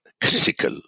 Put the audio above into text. critical